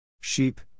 Sheep